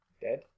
Dead